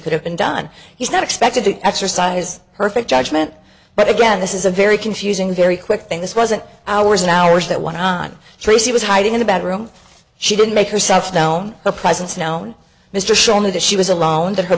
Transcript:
could have been done he's not expected to exercise perfect judgment but again this is a very confusing very quick thing this wasn't hours and hours that one on tracy was hiding in the bathroom she didn't make herself down her presence known mr show knew that she was alone that her